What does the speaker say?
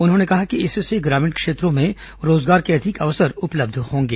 उन्होंने कहा कि इससे ग्रामीण क्षेत्रों में रोजगार के अधिक अवसर उपलब्ध होंगे